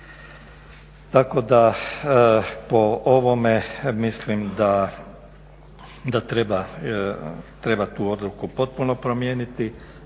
Tako da po ovome mislim da treba tu odluku potpuno promijeniti,